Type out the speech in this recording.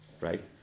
Right